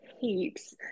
heaps